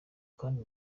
kandi